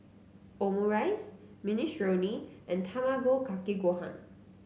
Omurice Minestrone and Tamago Kake Gohan